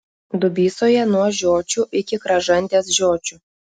dubysoje nuo žiočių iki kražantės žiočių